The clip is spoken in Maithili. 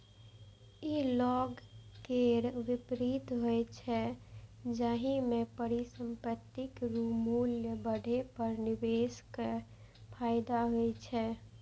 ई लॉन्ग केर विपरीत होइ छै, जाहि मे परिसंपत्तिक मूल्य बढ़ै पर निवेशक कें फायदा होइ छै